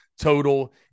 total